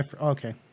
Okay